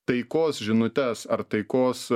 taikos žinutes ar taikos